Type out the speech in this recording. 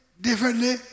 differently